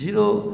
zero